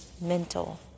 mental